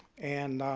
and,